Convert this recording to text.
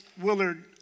Willard